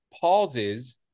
pauses